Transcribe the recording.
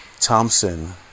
Thompson